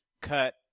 cut